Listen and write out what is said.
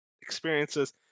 experiences